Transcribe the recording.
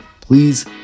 please